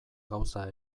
gauza